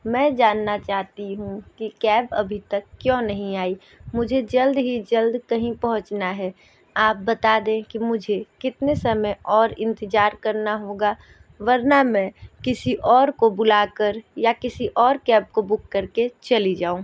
मैं जानना चाहती हूँ कि कैब अभी तक क्यों नहीं आई मुझे जल्द ही जल्द कहीं पहुँचना है आप बता दें कि मुझे कितने समय और इंतजार करना होगा वरना मैं किसी और को बुलाकर या किसी और कैब को बुक करके चली जाऊँ